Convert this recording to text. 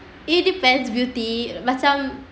it depends beauty macam